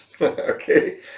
Okay